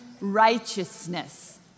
righteousness